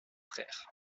frères